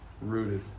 rooted